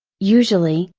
usually,